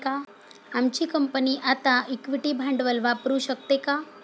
आमची कंपनी आता इक्विटी भांडवल वापरू शकते का?